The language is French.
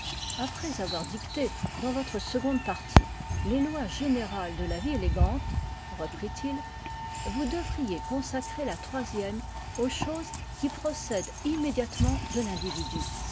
après avoir dicté dans votre seconde partie les lois générales de la vie élégante reprit-il vous devriez consacrer la troisième aux choses qui procèdent immédiatement de l'individu